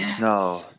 No